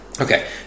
Okay